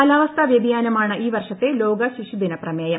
കാലാവസ്ഥാ വ്യതിയാനമാണ് ഈ വർഷത്തെ ലോകശിശുദിന പ്രമേയം